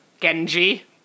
Genji